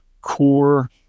core